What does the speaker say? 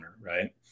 right